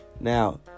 now